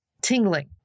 tingling